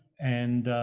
and,